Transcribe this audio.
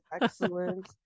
Excellent